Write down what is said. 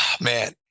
man